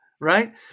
right